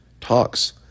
talks